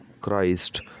Christ